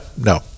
no